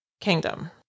Kingdom